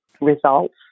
results